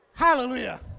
Hallelujah